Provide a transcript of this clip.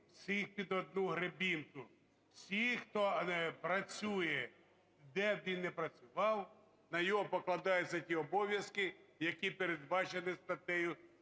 "всіх під одну гребінку". Всіх, хто працює, де б він не працював, на нього покладаються ті обов'язки, які передбачені статтею